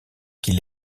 qu’il